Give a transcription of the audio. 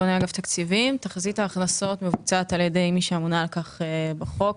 תחזית ההכנסות מבוצעת ע"י מי שאמונה על-כך בחוק,